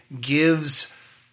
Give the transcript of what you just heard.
gives